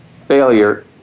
failure